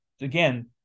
again